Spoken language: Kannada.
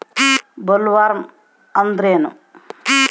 ಬೊಲ್ವರ್ಮ್ ಅಂದ್ರೇನು?